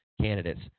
candidates